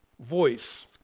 voice